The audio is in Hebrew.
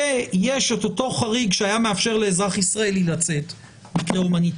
כשיש את אותו חריג שהיה מאפשר לאזרח ישראלי לצאת - הומניטרי,